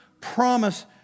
promise